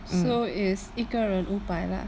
so is 一个人五百